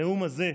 הנאום הזה,